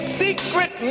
secret